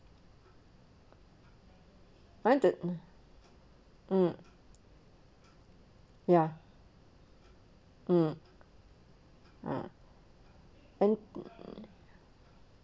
find the mm mm ya mm mm and